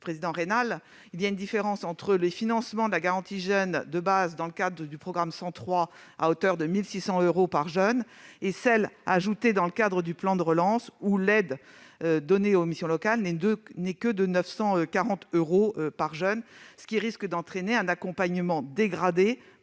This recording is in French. collègue Raynal, il y a une différence entre les financements de base, dans le cadre du programme 103, à hauteur de 1 600 euros par jeune, et ceux octroyés dans le cadre du plan de relance, l'aide donnée aux missions locales n'étant que de 940 euros par jeune, ce qui risque d'entraîner un accompagnement dégradé.